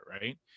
right